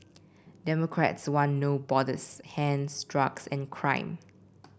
democrats want No Borders hence drugs and crime